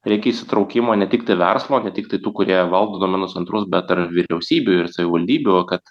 reikia įsitraukimo ne tiktai verslo ne tiktai tų kurie valdo duomenų centrus bet ir vyriausybių ir savivaldybių kad